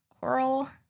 Coral